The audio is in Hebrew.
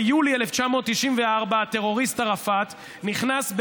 ביולי 1994 הטרוריסט ערפאת נכנס,